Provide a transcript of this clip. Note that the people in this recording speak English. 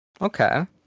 okay